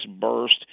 burst